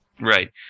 Right